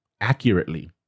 accurately